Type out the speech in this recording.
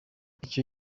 icyo